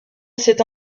cette